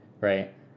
Right